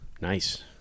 Nice